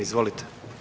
Izvolite.